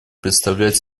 представлять